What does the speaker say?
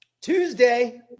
Tuesday